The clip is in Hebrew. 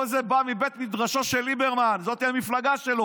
כל זה בא מבית מדרשו של ליברמן, זאת המפלגה שלו.